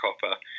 copper